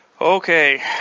Okay